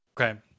Okay